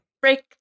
Break